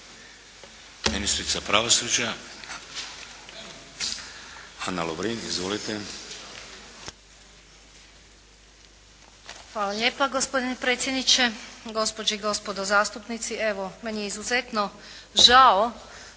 Ministrica pravosuđa Ana Lovrin. Izvolite. **Lovrin, Ana (HDZ)** Hvala lijepa gospodine predsjedniče, gospođe i gospodo zastupnici. Evo, meni je izuzetno žao